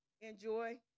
Enjoy